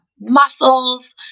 muscles